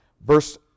Verse